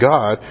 God